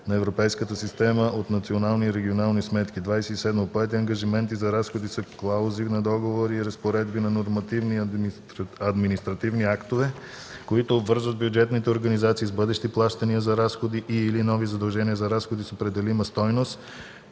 на Европейската система от национални и регионални сметки. 27. „Поети ангажименти за разходи” са клаузи на договори и разпоредби на нормативни и административни актове, които обвързват бюджетните организации с бъдещи плащания за разходи и/или нови задължения за разходи с определима стойност,